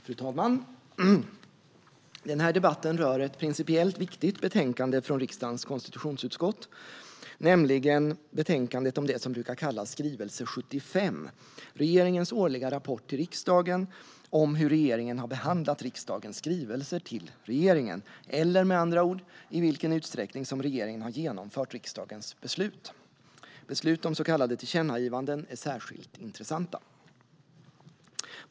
Fru talman! Den här debatten rör ett principiellt viktigt betänkande från riksdagens konstitutionsutskott, nämligen betänkandet om det som brukar kallas skrivelse 75, regeringens årliga rapport till riksdagen om hur regeringen har behandlat riksdagens skrivelser till regeringen, eller - med andra ord - i vilken utsträckning som regeringen har genomfört riksdagens beslut. Beslut om så kallade tillkännagivanden är särskilt intressanta.